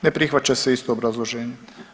Ne prihvaća se, isto obrazloženje.